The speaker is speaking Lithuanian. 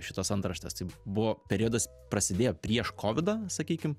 šitos antraštės taip buvo periodas prasidėjo prieš kovidą sakykim